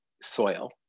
soil